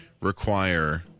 require